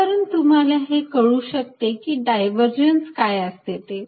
यावरून तुम्हाला हे कळू शकते की डायव्हरजन्स काय असते ते